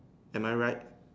am I right